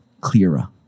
clearer